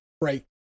right